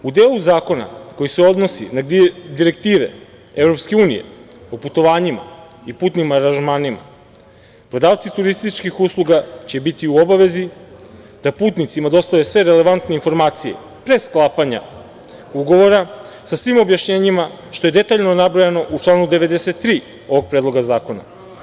U delu zakona koji se odnosi na direktive EU o putovanjima i putnim aranžmanima, prodavci turističkih usluga će biti u obavezi da putnicima dostave sve relevantne informacije pre sklapanja ugovora, sa svim objašnjenjima, što je detaljno nabrojano u članu 93. ovog Predloga zakona.